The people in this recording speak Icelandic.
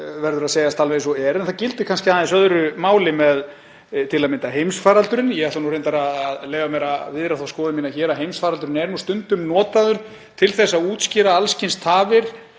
verður að segjast alveg eins og er. Það gildir kannski aðeins öðru máli með til að mynda heimsfaraldur. Ég ætla reyndar að leyfa mér að viðra þá skoðun mína hér að heimsfaraldur sé stundum notaður til að útskýra alls kyns tafir